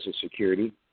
security